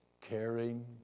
caring